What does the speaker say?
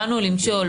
באנו למשול,